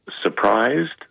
surprised